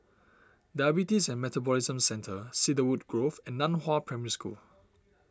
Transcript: Diabetes and Metabolism Centre Cedarwood Grove and Nan Hua Primary School